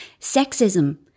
sexism